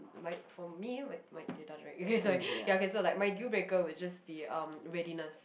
my for me my my right ya okay sorry so like my deal breaker will just be um readiness